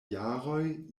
jaroj